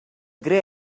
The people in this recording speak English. grey